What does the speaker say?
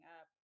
up